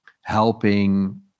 helping